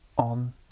on